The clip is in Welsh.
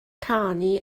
canu